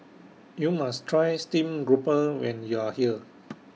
YOU must Try Stream Grouper when YOU Are here